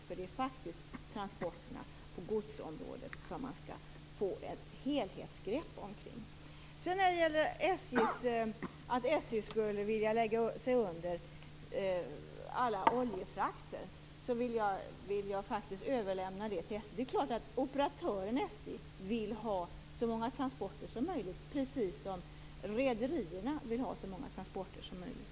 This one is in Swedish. Det är faktiskt transporterna på godsområdet som man skall få ett helhetsgrepp omkring. Frågan att SJ skulle vilja ta över alla oljefrakter vill jag överlämna till SJ. Det är klart att operatören SJ precis som rederierna vill ha så många transporter som möjligt.